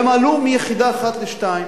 והם עלו מיחידה אחת לשתיים,